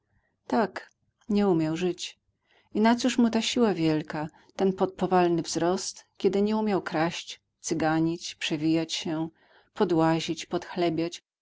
tak nie umiał żyć i na cóż mu ta siła wielka ten podpowalny wzrost kiedy nie umiał kraść cyganić przewijać się podłazić